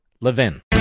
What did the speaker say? LEVIN